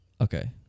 Okay